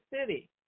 City